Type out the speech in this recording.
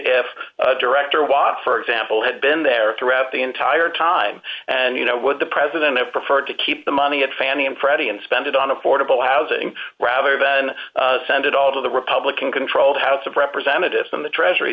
if a director was for example had been there throughout the entire time and you know with the president have preferred to keep the money at fannie and freddie and spend it on affordable housing rather than send it all to the republican controlled house of representatives from the treasury